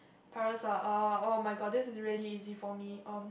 parents are ah oh-my-god this is really easy for me erm